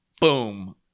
boom